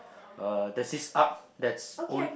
uh there's this arch that's old